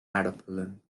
aardappelen